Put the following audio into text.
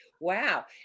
Wow